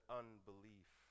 unbelief